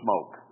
smoke